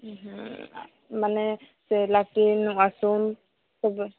ମାନେ ସେ latrine washroom ସବୁ